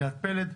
ליאת פלד,